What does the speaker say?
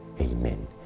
Amen